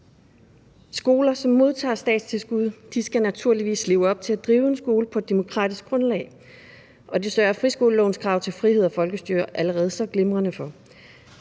Skoler, som modtager statstilskud, skal naturligvis leve op til at drive en skole på et demokratisk grundlag, og det sørger friskolelovens krav om frihed og folkestyre allerede så glimrende for.